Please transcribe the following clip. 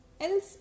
Else